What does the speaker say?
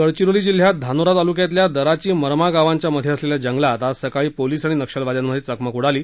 गडचिरोली जिल्ह्यात धानोरा तालुक्यातल्या दराची मरमा गावांच्या मध्ये असलेल्या जंगलात आज सकाळी पोलिस आणि नक्षलवाद्यांमध्ये चकमक उडाली